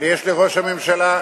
יש לראש הממשלה,